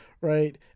right